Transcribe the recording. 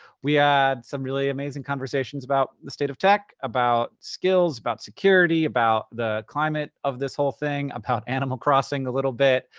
we ah had some really amazing conversations about the state of tech, about skills, about security, about the climate of this whole thing, about animal crossing a little bit.